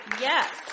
Yes